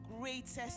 greatest